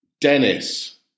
Dennis